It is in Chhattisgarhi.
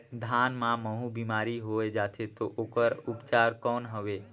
धान मां महू बीमारी होय जाथे तो ओकर उपचार कौन हवे?